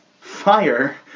Fire